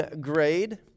grade